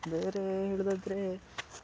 ಬೇರೆ ಹೇಳೋದಾದ್ರೇ